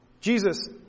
Jesus